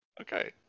okay